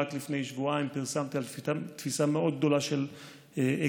רק לפני שבועיים פרסמתי על תפיסה מאוד גדולה של אקדחים,